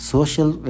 Social